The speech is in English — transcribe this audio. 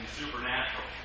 supernatural